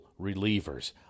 relievers